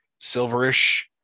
silverish